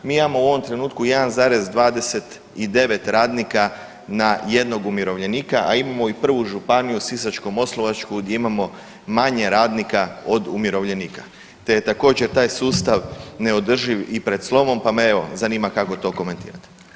Mi imamo u ovom trenutku 1,29 radnika na jednog umirovljenika, a imamo i prvu županiju Sisačko-moslavačku gdje imamo manje radnika od umirovljenika, te je također taj sustav neodrživ i pred slomom, pa me evo zanima kako to komentirate.